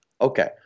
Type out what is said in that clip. Okay